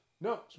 no